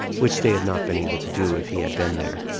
which they had not been able to do if he had been there.